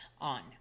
on